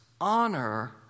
honor